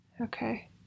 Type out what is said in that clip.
Okay